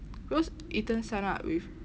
because ethan sign up with